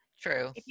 True